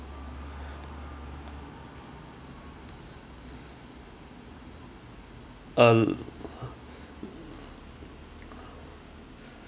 uh